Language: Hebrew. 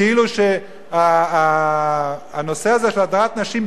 כאילו שהנושא הזה של הדרת נשים,